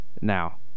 Now